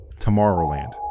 Tomorrowland